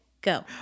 Go